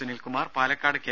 Sunilkumar Palakkad K